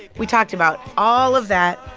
we talked about all of that,